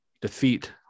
defeat